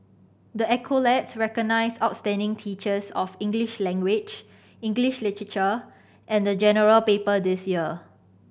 the accolades recognise outstanding teachers of English language English literature and the General Paper this year